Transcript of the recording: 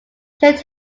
should